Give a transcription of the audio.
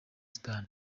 sudani